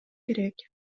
керек